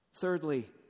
Thirdly